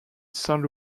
saint